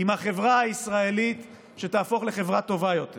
עם החברה הישראלית, שתהפוך לחברה טובה יותר.